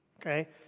okay